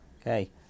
okay